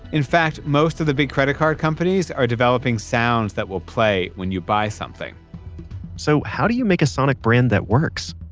in fact, most of the big credit card companies are developing sounds that will play when you buy something so, how do you make a sonic brand that works?